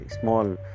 small